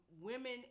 women